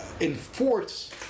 enforce